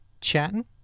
chatting